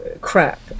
crap